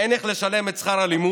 אין איך לשלם את שכר הלימוד,